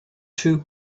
two